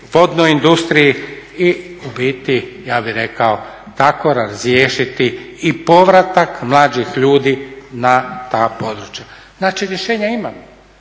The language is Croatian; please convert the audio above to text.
vodnoj industriji i u biti ja bih rekao tako razriješiti i povratak mlađih ljudi na ta područja. Znači, rješenja ima,